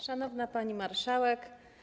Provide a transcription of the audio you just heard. Szanowna Pani Marszałek!